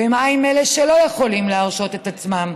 ומה עם אלה שלא יכולים להרשות לעצמם?